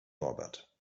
norbert